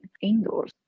indoors